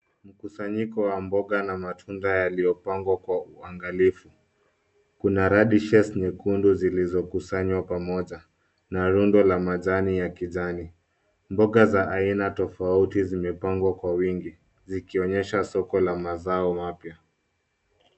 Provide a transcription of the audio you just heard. Mkusanyiko wa mboga na matunda yaliyo pangwa kwa uangalifu, kuna radishells zilizokusanywa pamoja na rundo ya majani ya kijani. Mboga za aina tofauti zimepangwa kwa wingi zikionyesha soko la mazao mapya.